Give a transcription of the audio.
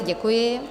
Děkuji.